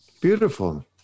Beautiful